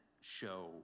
show